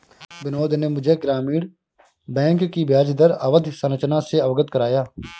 बिनोद ने मुझे ग्रामीण बैंक की ब्याजदर अवधि संरचना से अवगत कराया